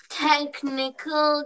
technical